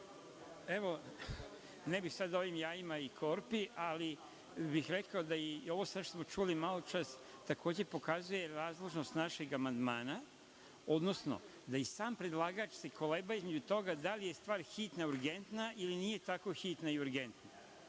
Ne bih sada o ovim jajima i korpi, ali bih rekao da sve ovo što smo čuli maločas takođe pokazuje razložnost našeg amandmana, odnosno da se i sam predlagač koleba između toga da li je stvar hitna, urgentna ili nije tako hitna i urgentna. Dakle,